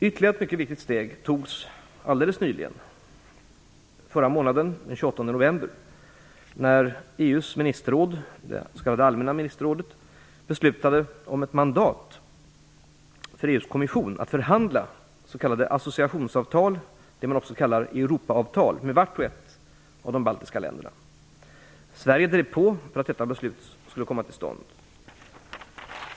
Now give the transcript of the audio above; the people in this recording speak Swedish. Ytterligare ett mycket viktigt steg togs den 28 november, då EU:s ministerråd - det s.k. allmänna ministerrådet - beslutade om ett mandat för EU:s kommission att förhandla s.k. associationsavtal, Europaavtal, med vart och ett av de baltiska länderna. Sverige drev på för att detta beslut skulle komma till stånd.